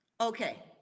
Okay